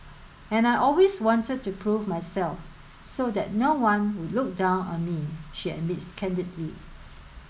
and I always wanted to prove myself so that no one would look down on me she admits candidly